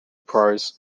prose